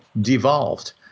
devolved